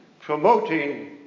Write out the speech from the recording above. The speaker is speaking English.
...promoting